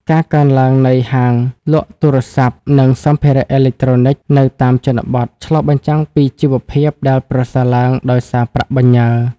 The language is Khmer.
ការកើនឡើងនៃហាងលក់ទូរស័ព្ទ និងសម្ភារៈអេឡិចត្រូនិកនៅតាមជនបទ ឆ្លុះបញ្ចាំងពីជីវភាពដែលប្រសើរឡើងដោយសារប្រាក់បញ្ញើ។